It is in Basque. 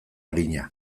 arina